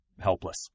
helpless